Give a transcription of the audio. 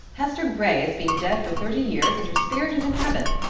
hester gray has been dead for thirty years and her spirit is in heaven.